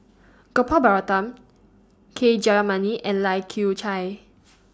Gopal Baratham K Jayamani and Lai Kew Chai